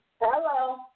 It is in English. Hello